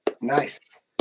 nice